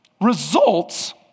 Results